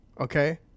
okay